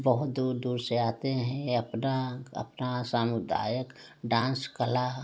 बहुत दूर दूर से आते हैं अपना अपना सामुदायक डांस कला